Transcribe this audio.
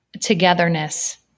togetherness